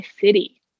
city